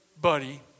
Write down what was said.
buddy